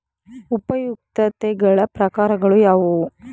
ಉಪಯುಕ್ತತೆಗಳ ಪ್ರಕಾರಗಳು ಯಾವುವು?